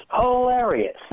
hilarious